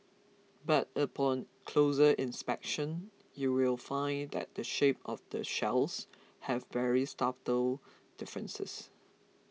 but upon closer inspection you will find that the shape of the shells have very subtle differences